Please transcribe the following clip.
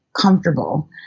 comfortable